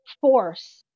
force